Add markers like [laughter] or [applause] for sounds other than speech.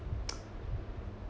[noise]